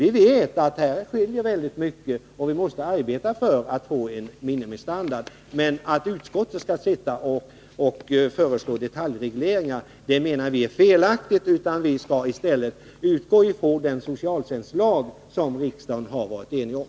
Vi vet att det finns väldigt stora skillnader här och att vi måste arbeta för att få en minimistandard. Men att utskottet skall föreslå detaljregleringar tycker vi är felaktigt. Vi skall i stället utgå från den socialtjänstlag som riksdagen har varit enig om.